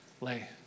lay